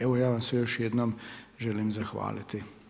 Evo, ja vam se još jednom želim zahvaliti.